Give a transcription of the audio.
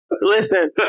Listen